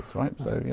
right? so you